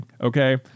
okay